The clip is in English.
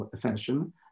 fashion